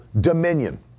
dominion